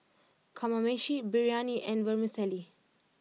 Kamameshi Biryani and Vermicelli